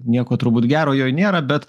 nieko turbūt gero joj nėra bet